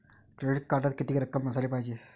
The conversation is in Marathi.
क्रेडिट कार्डात कितीक रक्कम असाले पायजे?